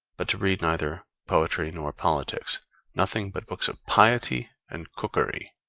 but to read neither poetry nor politics nothing but books of piety and cookery.